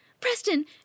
Preston